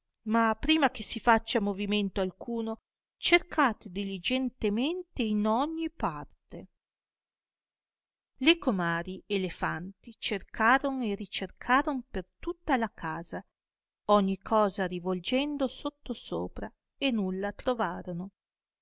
ma prima che si faccia movimento alcuno cercate diligentemente in ogni parte le comari e le fanti cercaron e ricercaron per tutta la casa ogni cosa rivolgiendo sottosopra e nulla trovarono